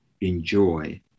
enjoy